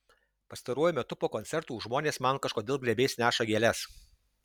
pastaruoju metu po koncertų žmonės man kažkodėl glėbiais neša gėles